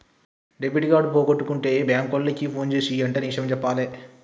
debit card పోగొట్టుకుంటే బ్యేంకు వాళ్లకి ఫోన్జేసి వెంటనే ఇషయం జెప్పాలే